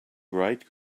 bright